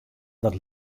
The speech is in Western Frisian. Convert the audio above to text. dat